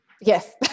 Yes